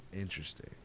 Interesting